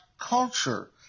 culture